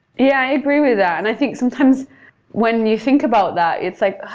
yeah, i agree with that, and i think sometimes when you think about that, it's like,